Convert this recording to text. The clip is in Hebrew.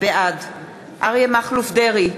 בעד אריה מכלוף דרעי,